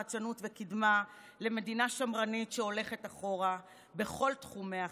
חדשנות וקדמה למדינה שמרנית שהולכת אחורה בכל תחומי החיים,